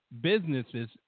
businesses